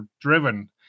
driven